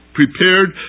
prepared